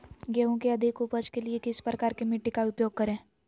गेंहू की अधिक उपज के लिए किस प्रकार की मिट्टी का उपयोग करे?